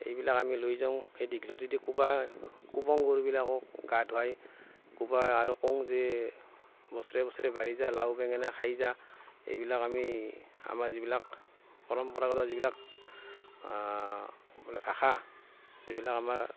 এইবিলাক আমি লৈ যাওঁ এই দীঘলতি দি কোবাই কোবাওঁ গৰুবিলাকক গা ধোৱাই কোবাই আৰু কওঁ যে বছৰে বছৰে বাঢ়ি যা লাও বেঙেনা খাই যা এইবিলাক আমি আমাৰ যিবিলাক পৰম্পৰাগত যিবিলাক মানে ভাষা যিবিলাক আমাৰ